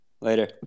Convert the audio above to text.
Later